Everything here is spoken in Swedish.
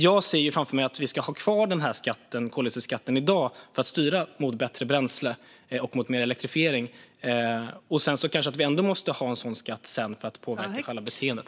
Jag ser framför mig att vi ska ha kvar koldioxidskatten i dag för att styra mot bättre bränsle och mot mer elektrifiering, men kanske måste vi ändå ha en sådan skatt senare för att påverka själva beteendet.